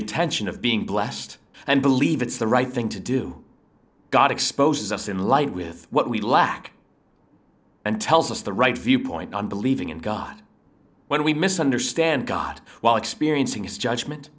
intention of being blessed and believe it's the right thing to do god exposes us in line with what we lack and tells us the right viewpoint on believing in god when we misunderstand god while experiencing his judgment